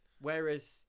whereas